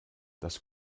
dass